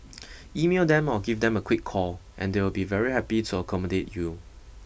email them or give them a quick call and they will be very happy to accommodate you